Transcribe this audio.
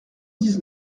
dix